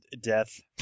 death